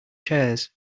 chairs